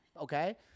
okay